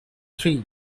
three